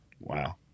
Wow